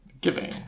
giving